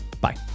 bye